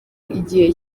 igihe